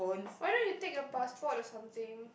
why don't you take your passport or something